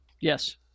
Yes